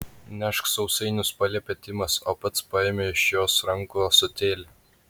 nešk sausainius paliepė timas o pats paėmė iš jos rankų ąsotėlį